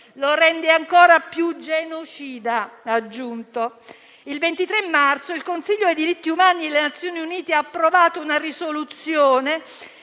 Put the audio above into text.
lo rende ancora più genocida», ha aggiunto. Il 23 marzo il Consiglio per i diritti umani delle Nazioni Unite ha approvato una risoluzione